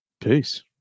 Peace